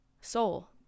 soul